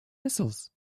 missiles